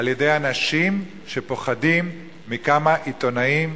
על-ידי אנשים שפוחדים מכמה עיתונאים,